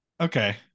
Okay